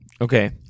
Okay